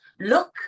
look